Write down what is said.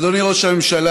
אדוני ראש הממשלה,